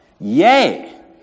Yay